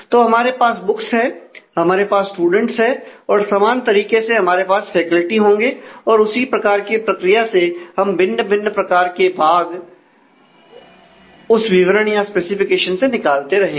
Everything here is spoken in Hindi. तो हमारे पास बुक्स से निकालते रहेंगे